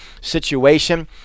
situation